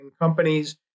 companies